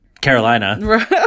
Carolina